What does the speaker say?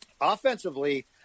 offensively